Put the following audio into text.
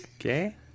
Okay